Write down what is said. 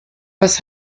was